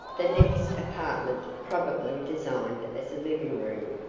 the next apartment, probably designed as a living room,